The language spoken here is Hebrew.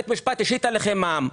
בית משפט השית עליכם מע"מ.